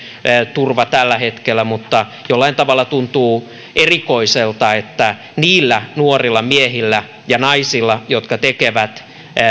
turva tällä hetkellä mutta jollain tavalla tuntuu erikoiselta että niillä nuorilla miehillä ja naisilla jotka tekevät